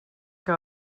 que